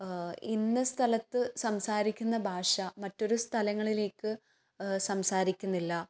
ഇന്ന സ്ഥലത്ത് സംസാരിക്കുന്ന ഭാഷ മറ്റൊരു സ്ഥലങ്ങളിലേക്ക് സംസാരിക്കുന്നില്ല